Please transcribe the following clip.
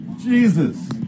Jesus